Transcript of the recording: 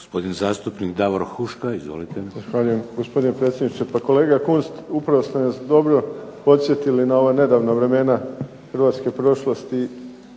Gospodin zastupnik Davor Huška. Izvolite. **Huška, Davor (HDZ)** Zahvaljujem, gospodine predsjedniče. Pa kolega Kunst upravo ste nas dobro podsjetili na ova nedavna vremena hrvatske prošlosti